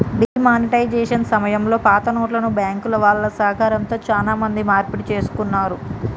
D monetisation సమయంలో పాతనోట్లను బ్యాంకుల వాళ్ళ సహకారంతో చానా మంది మార్పిడి చేసుకున్నారు